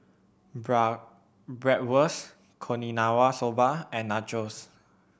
Bra Bratwurst Okinawa Soba and Nachos